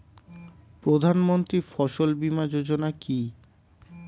প্রধানমন্ত্রী ফসল বীমা যোজনা কি?